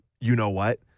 you-know-what